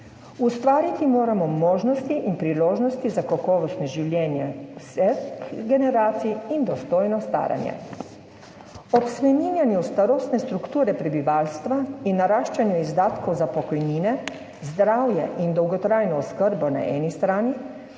Ustvariti moramo možnosti in priložnosti za kakovostno življenje vseh generacij in dostojno staranje. Ob spreminjanju starostne strukture prebivalstva in naraščanju izdatkov za pokojnine, zdravje in dolgotrajno oskrbo na eni strani,